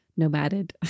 nomaded